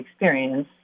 experience